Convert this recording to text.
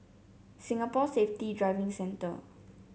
Singapore Safety Driving Centre